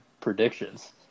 predictions